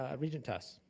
um regent tuss?